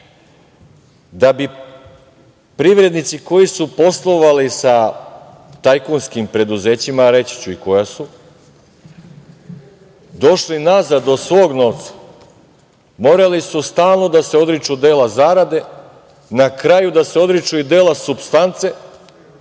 Da bi privrednici koji su poslovali sa tajkunskim preduzećima, a reći ću i koja su, došli nazad do svog novca, morali su stalno da se odriču dela zarade, na kraju da se odriču i dela supstance